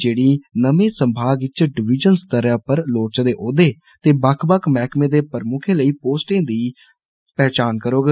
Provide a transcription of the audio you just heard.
जेड़ी नमें संभाग च डिवीजन स्तरै पर लोड़दे ओह्दे ते बक्ख बक्ख मैहकमें दे प्रमुक्खें लेई पोस्टां दी पहचान करोग